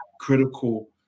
critical